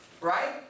right